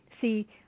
see